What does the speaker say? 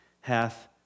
hath